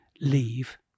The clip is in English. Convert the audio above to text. leave